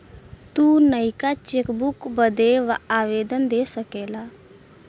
तू नयका चेकबुक बदे आवेदन दे सकेला